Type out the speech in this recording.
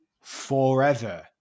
forever